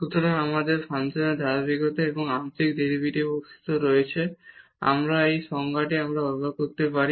সুতরাং আমাদের ফাংশনের ধারাবাহিকতা এবং আংশিক ডেরিভেটিভের অস্তিত্ব রয়েছে আমরা এই সংজ্ঞাটি আবার ব্যবহার করতে পারি